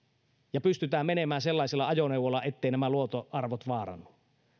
ja pystytään menemään sellaisilla ajoneuvoilla etteivät luontoarvot vaarannu